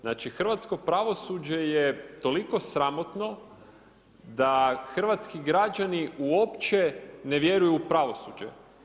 Znači hrvatsko pravosuđe je toliko sramotno da hrvatski građani uopće ne vjeruju u pravosuđe.